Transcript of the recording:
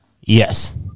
Yes